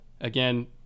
again